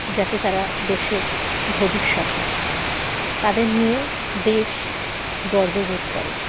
যাতে তারা দেশের ভবিষ্যৎ হয় তাদের নিয়ে দেশ গর্ববোধ করে